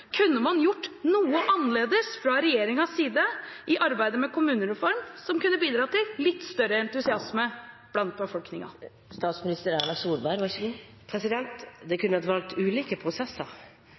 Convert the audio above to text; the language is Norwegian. man kunne gjort noe annerledes fra regjeringens side i arbeidet med kommunereform, som kunne bidratt til litt større entusiasme blant befolkningen? Det kunne ha vært valgt ulike prosesser, men det